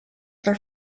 their